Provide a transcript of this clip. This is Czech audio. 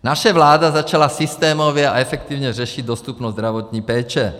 Naše vláda začala systémově a efektivně řešit dostupnost zdravotní péče.